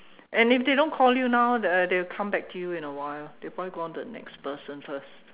and if they don't call you now the they will come back to you in a while they will probably go on to the next person first